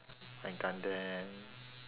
my gundam